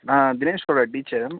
நான் தினேஷோட டீச்சர்